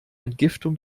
entgiftung